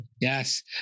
yes